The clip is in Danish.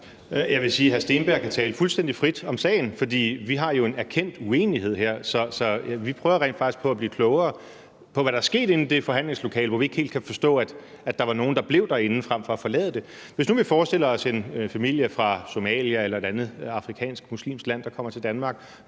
Jeg vil sige, at hr. Andreas Steenberg kan tale fuldstændig frit om sagen, for vi har jo en erkendt uenighed her, så vi prøver rent faktisk på at blive klogere på, hvad der er sket inde i det forhandlingslokale – vi kan ikke helt forstå, at der var nogle, der blev derinde frem for at forlade det. Lad os nu forestille os en familie fra Somalia eller et andet afrikansk muslimsk land, der kommer til Danmark.